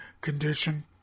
condition